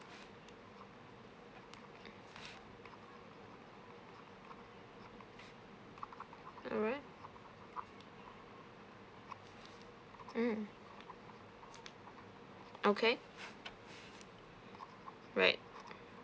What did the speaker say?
alright mm okay right